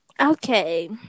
Okay